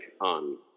on